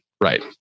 right